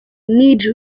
need